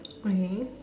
okay